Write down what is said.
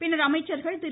பின்னர் அமைச்சர்கள் திரு